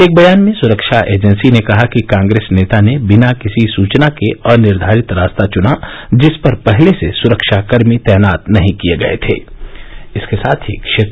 एक बयान में सुरक्षा एजेंसी ने कहा कि कांग्रेस नेता ने बिना किसी सूचना के अनिर्धारित रास्ता चुना जिस पर पहले से सुरक्षाकर्मी तैनात नहीं किये गये थे